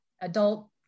adult